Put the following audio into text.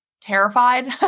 terrified